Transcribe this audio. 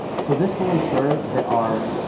so this will ensure that our